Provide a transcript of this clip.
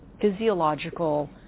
physiological